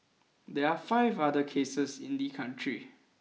there are five other cases in the country